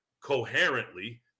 coherently